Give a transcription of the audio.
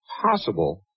possible